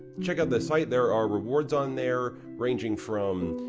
check out the site there are rewards on there, ranging from.